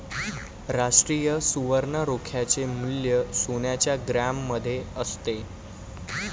राष्ट्रीय सुवर्ण रोख्याचे मूल्य सोन्याच्या ग्रॅममध्ये असते